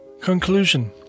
Conclusion